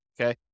okay